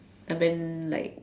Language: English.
and then like